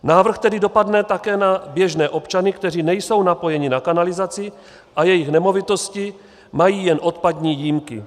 Návrh tedy dopadne také na běžné občany, kteří nejsou napojeni na kanalizaci a jejichž nemovitosti mají jen odpadní jímky.